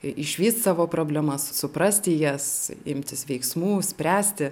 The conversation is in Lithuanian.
išvyst savo problemas suprasti jas imtis veiksmų spręsti